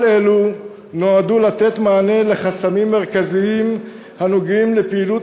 כל אלו נועדו לתת מענה לחסמים מרכזיים הנוגעים לפעילות